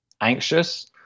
anxious